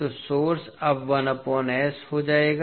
तो सोर्स अब हो जाएगा